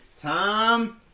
Tom